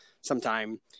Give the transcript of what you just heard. sometime